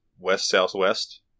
West-southwest